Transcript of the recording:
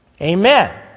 Amen